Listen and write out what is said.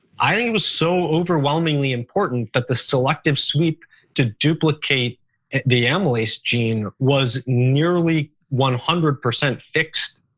i think it was so overwhelmingly important that the selective sweep to duplicate the amylase gene was nearly one hundred percent fixed.